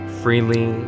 freely